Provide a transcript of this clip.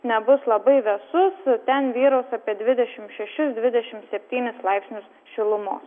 nebus labai vėsus ten vyraus apie dvidešimt šešis dvidešimt septynis laipsnius šilumos